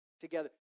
together